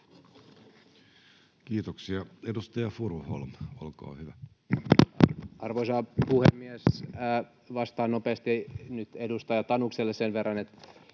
Kiitoksia. — Edustaja Furuholm, olkaa hyvä. Arvoisa puhemies! Vastaan nopeasti nyt edustaja Tanukselle sen verran, että